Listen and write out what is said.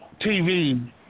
TV